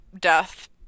death